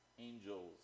angels